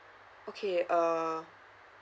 okay uh